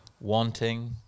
wanting